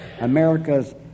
America's